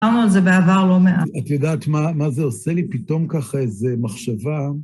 דיברנו את זה בעבר לא מעט. את יודעת מה זה עושה לי פתאום ככה, איזו מחשבה?